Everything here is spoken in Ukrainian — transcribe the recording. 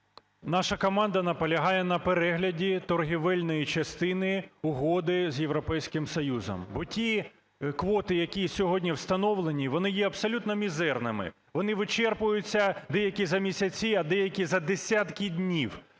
наша команда наполягає на перегляді торгівельної частини угоди з Європейським Союзом. Бо ті квоти, які сьогодні встановлені, вони є абсолютно мізерними, вони вичерпуються деякі за місяці, а деякі за десятки днів.